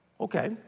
okay